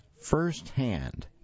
firsthand